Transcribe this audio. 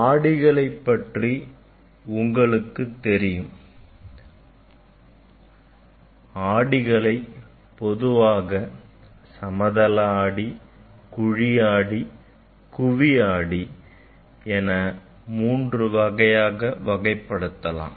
ஆடிகளை பற்றி உங்களுக்குத் தெரியும் ஆடிகளை பொதுவாக சமதள ஆடி குழிஆடி குவி ஆடி என மூன்று வகையாக வகைப்படுத்தலாம்